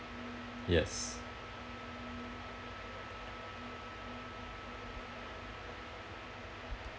yes